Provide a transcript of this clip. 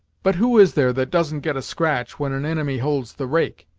but who is there that doesn't get a scratch, when an inimy holds the rake?